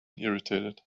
irritated